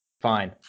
Fine